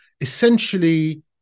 essentially